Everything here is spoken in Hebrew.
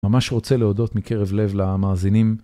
ממש רוצה להודות מקרב לב למאזינים.